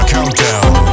Countdown